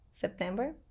september